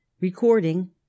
Recording